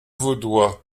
vaudois